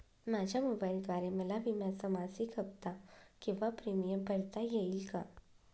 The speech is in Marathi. माझ्या मोबाईलद्वारे मला विम्याचा मासिक हफ्ता किंवा प्रीमियम भरता येईल का?